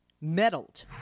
meddled